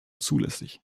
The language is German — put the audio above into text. zulässig